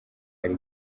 hari